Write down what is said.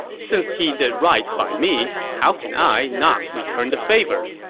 since he did right by me, how can i not return the favor?